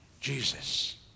Jesus